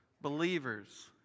believers